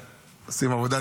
עושים עבודה נהדרת.